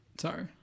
Sorry